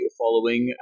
following